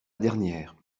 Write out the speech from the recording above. dernière